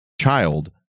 child